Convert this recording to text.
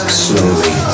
slowly